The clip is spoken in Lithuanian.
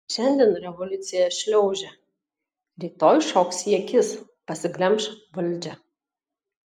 šiandien revoliucija šliaužia rytoj šoks į akis pasiglemš valdžią